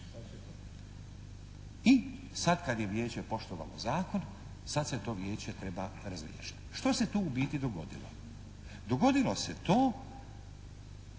I sad kad je Vijeće poštovalo zakon sad se to Vijeće treba razriješiti. Što se tu u biti dogodilo? Dogodilo se to,